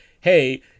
hey